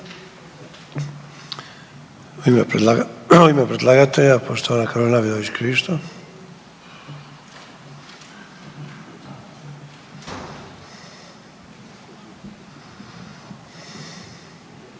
U ime predlagatelja poštovana Karolina Vidović Krišto.